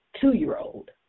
two-year-old